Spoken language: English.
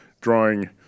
drawing